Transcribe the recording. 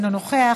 אינו נוכח,